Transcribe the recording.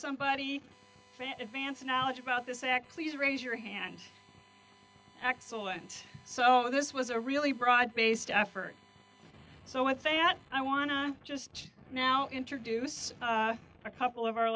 somebody vance knowledge about this actually does raise your hand excellent so this was a really broad based effort so i think that i wanna just now introduce a couple of our